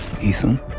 Ethan